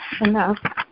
enough